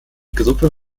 gruppe